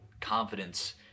confidence